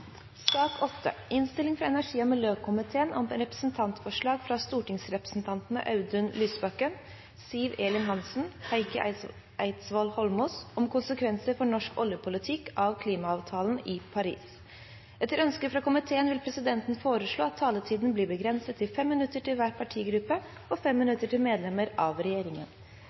sak nr. 3. Etter ønske fra energi- og miljøkomiteen vil presidenten foreslå at sakene nr. 4 og 5 behandles under ett. – Det anses vedtatt. Etter ønske fra energi- og miljøkomiteen vil presidenten foreslå at taletiden blir begrenset til 5 minutter til hver partigruppe og 5 minutter til medlemmer av regjeringen.